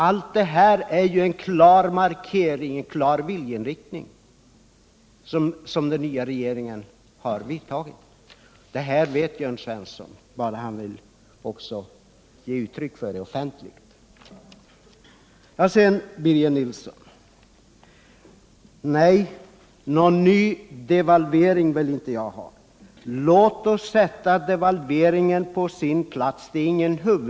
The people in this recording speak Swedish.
Allt detta är en klar markering, en klar viljeinriktning från den nya regeringen. Detta vet som sagt Jörn Svensson, men han vill inte ge uttryck för det offentligt. Sedan till Birger Nilsson. Nej, någon ny devalvering vill jag inte ha. Låt oss sätta in devalveringen på sin rätta plats.